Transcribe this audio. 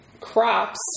crops